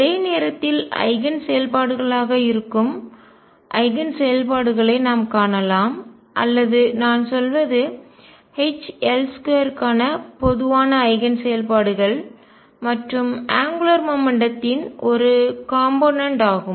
ஒரே நேரத்தில் ஐகன் செயல்பாடுகளாக இருக்கும் ஐகன் செயல்பாடுகளை நாம் காணலாம் அல்லது நான் சொல்வது H L2 க்கான பொதுவான ஐகன் செயல்பாடுகள் மற்றும் அங்குலார் மொமெண்ட்டத்தின் கோண உந்தத்தின் ஒரு காம்போனென்ட் கூறு ஆகும்